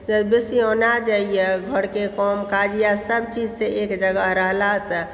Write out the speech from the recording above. तऽ बेसी ओङ्गना जाइए घरके काम काजए इएहसभ चीजसँ एक जगह रहलासँ